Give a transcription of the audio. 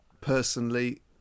personally